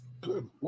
Good